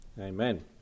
Amen